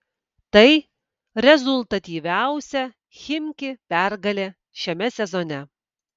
tai rezultatyviausia chimki pergalė šiame sezone